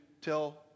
tell